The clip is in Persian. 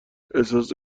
احساس